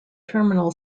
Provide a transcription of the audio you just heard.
terminal